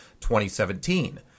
2017